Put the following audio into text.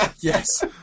Yes